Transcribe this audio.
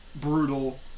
brutal